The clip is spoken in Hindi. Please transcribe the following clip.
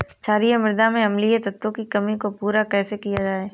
क्षारीए मृदा में अम्लीय तत्वों की कमी को पूरा कैसे किया जाए?